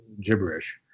gibberish